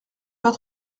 pas